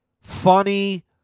funny